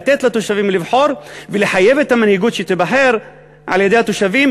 לתת לתושבים לבחור ולחייב את המנהיגות שתיבחר על-ידי התושבים